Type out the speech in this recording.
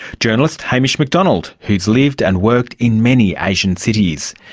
journalist hamish mcdonald who has lived and worked in many asian cities.